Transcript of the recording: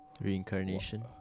reincarnation